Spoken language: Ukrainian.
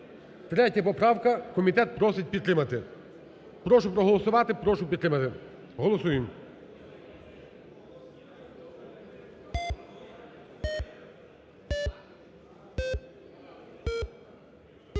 3 поправка. Комітет просить підтримати. Прошу проголосувати, прошу підтримати. Голосуємо.